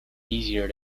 easier